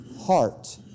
heart